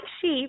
sheep